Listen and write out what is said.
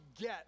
get